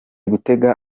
gutega